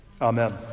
Amen